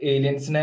Aliens